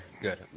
good